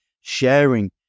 sharing